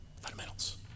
Fundamentals